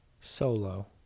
Solo